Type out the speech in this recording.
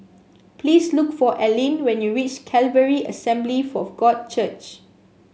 please look for Alline when you reach Calvary Assembly for God Church